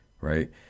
right